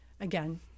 again